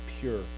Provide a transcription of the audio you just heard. pure